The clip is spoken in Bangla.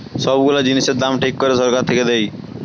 সব গুলা জিনিসের দাম ঠিক করে সরকার থেকে দেয়